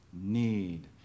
need